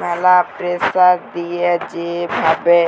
ম্যালা প্রেসার দিয়ে যে ভাবে